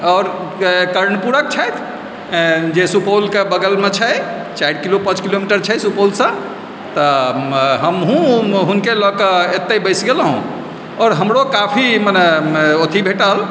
आओर कर्णपूरके छथि जे सुपौलके बगलमे छै चारि किलो पाँच किलोमीटर छै सुपौलसँ तऽ हमहुँ हुनके लऽ कऽ एतै बैस गेलहुँ आओर हमरो काफी मने अथी भेटल